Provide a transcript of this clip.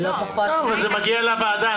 מגיע לוועדה.